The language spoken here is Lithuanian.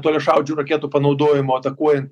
toliašaudžių raketų panaudojimo atakuojan